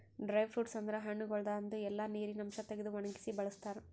dry fruits ಅಂದುರ್ ಹಣ್ಣಗೊಳ್ದಾಂದು ಎಲ್ಲಾ ನೀರಿನ ಅಂಶ ತೆಗೆದು ಒಣಗಿಸಿ ಬಳ್ಸತಾರ್